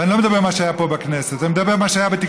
ואני לא מדבר על מה שהיה פה בכנסת אלא אני מדבר על מה שהיה בתקשורת,